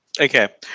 Okay